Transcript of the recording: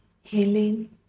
healing